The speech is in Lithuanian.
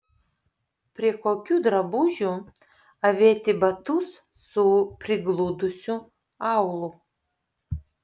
prie kokių drabužių avėti batus su prigludusiu aulu